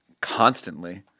constantly